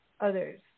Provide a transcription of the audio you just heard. others